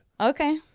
Okay